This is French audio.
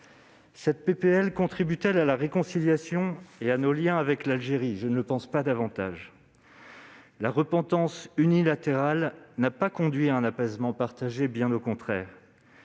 Ce texte contribue-t-il à la réconciliation et au renforcement de nos liens avec l'Algérie ? Je ne le pense pas davantage. La repentance unilatérale n'a pas conduit à un apaisement partagé, bien au contraire.